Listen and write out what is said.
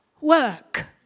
work